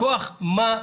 מכוח מה?